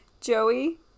Joey